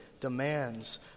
demands